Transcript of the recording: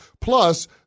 Plus